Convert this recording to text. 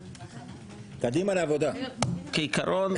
כעיקרון,